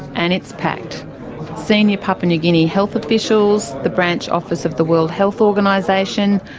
and it's packed senior papua new guinea health officials, the branch office of the world health organisation,